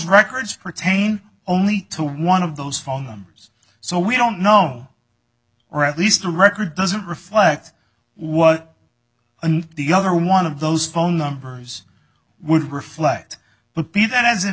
records pertain only to one of those phone numbers so we don't know or at least the record doesn't reflect what the other one of those phone numbers would reflect but be that as it